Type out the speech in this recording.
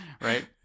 right